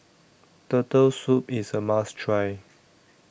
Turtle Soup IS A must Try